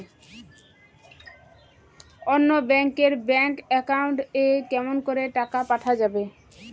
অন্য ব্যাংক এর bank account এ কেমন করে টাকা পাঠা যাবে?